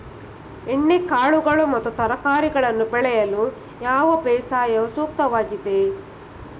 ಎಣ್ಣೆಕಾಳುಗಳು ಮತ್ತು ತರಕಾರಿಗಳನ್ನು ಬೆಳೆಯಲು ಯಾವ ಬೇಸಾಯವು ಸೂಕ್ತವಾಗಿದೆ?